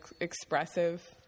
expressive